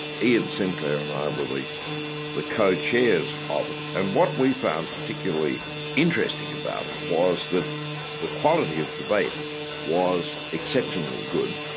ian sinclair and i were the the co-chairs of it, and what we found particularly interesting about it was that the quality of debate was exceptionally good.